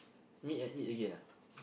meet and eat again ah